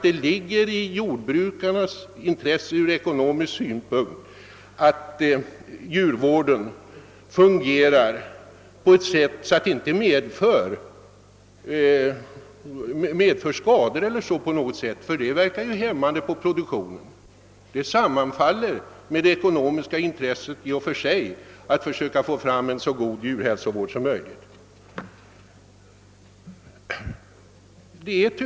Det ligger i jordbrukarnas eget ekonomiska intresse att djurvården verkligen fungerar, så att djuren inte skadas, vilket givetvis verkar hämmande på produktionen. Det sammanfaller sålunda med jordbrukarnas ekonomiska intresse att få en så god djurhälsovård som möjligt.